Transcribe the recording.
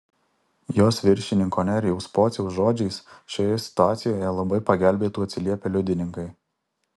jos viršininko nerijaus pociaus žodžiais šioje situacijoje labai pagelbėtų atsiliepę liudininkai